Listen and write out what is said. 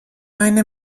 eine